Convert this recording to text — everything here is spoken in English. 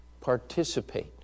participate